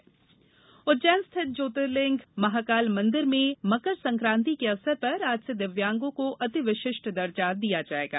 Mahakal quota system Ujjain स्थित ज्योतिर्लिंग महाकाल मंदिर में मकर संक्रांति के अवसर पर आज से दिव्यांगों को अतिविशिष्ट दर्जा दिया जाएगा